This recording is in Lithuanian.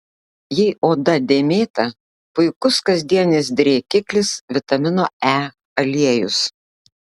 jei oda dėmėta puikus kasdienis drėkiklis vitamino e aliejus